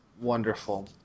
Wonderful